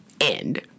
End